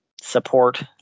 support